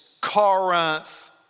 Corinth